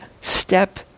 step